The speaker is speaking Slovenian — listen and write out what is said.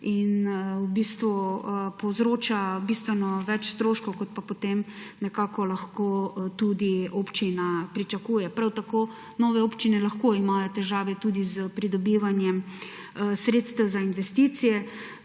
kar v bistvu povzroča bistveno več stroškov, kot pa potem nekako lahko tudi občina pričakuje. Prav tako imajo nove občine lahko težave tudi s pridobivanjem sredstev za investicije.